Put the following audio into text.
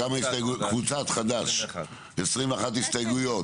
21 הסתייגויות.